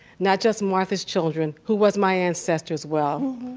not just martha's children, who was my ancestor as well,